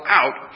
out